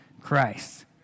Christ